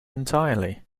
entirely